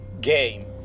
Game